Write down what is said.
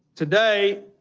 today,